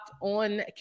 On